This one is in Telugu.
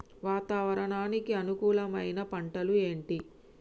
వాతావరణానికి అనుకూలమైన పంటలు ఏంటి?